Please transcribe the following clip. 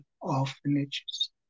orphanages